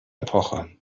epoche